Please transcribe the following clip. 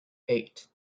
eight